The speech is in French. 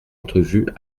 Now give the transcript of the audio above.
entrevue